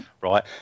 right